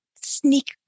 sneak